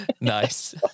Nice